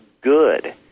good